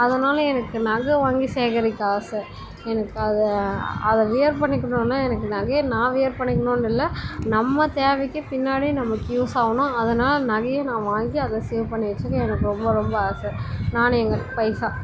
அதனால் எனக்கு நகை வாங்கி சேகரிக்க ஆசை எனக்கு அதை அதை வியர் பண்ணிக்கணுன்னால் எனக்கு நகையை நான் வியர் பண்ணிக்கணும்னு இல்லை நம்ம தேவைக்கு பின்னாடி நமக்கு யூஸ்ஸாகணும் அதனால் நகையும் நான் வாங்கி அதை சேவ் பண்ணி வச்சுக்க எனக்கு ரொம்ப ரொம்ப ஆசை நான் எங்கள் பைசா